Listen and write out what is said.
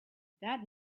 that